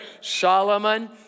Solomon